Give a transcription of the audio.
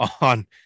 on